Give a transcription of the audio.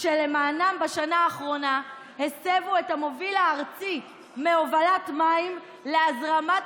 שלמענם בשנה האחרונה הסבו את המוביל הארצי מהובלת מים להזרמת